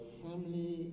family